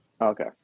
Okay